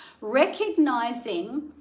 recognizing